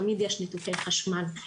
תמיד יש ניתוקי חשמל.